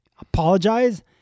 apologize